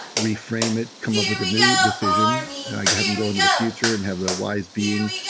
reframe it come up with a new decision have them go into the future and have their wise being,